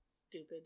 Stupid